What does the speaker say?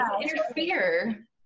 interfere